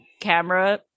camera